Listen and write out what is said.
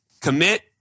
commit